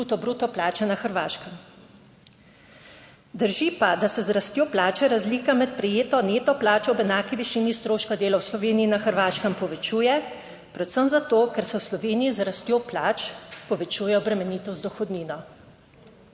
bruto bruto plače na Hrvaškem. Drži pa, da se z rastjo plače razlika med prejeto neto plačo ob enaki višini stroška dela v Sloveniji in na Hrvaškem povečuje, predvsem zato, ker se v Sloveniji z rastjo plač povečuje obremenitev z dohodnino.